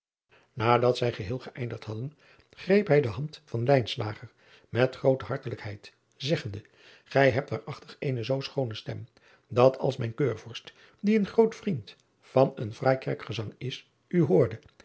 adat zij geheel geëindigd hadden greep hij de hand van met groote hartelijkheid zeggende ij hebt waarachtig eene zoo schoone stem dat als mijn eurvorst die een groot vriend van een fraai kerkgezang is u hoorde